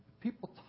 People